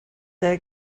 day